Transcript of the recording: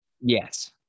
Yes